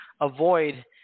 avoid